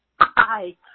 Hi